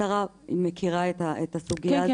השרה מכירה את הסוגייה הזאת --- כן,